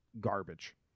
garbage